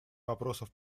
вопросов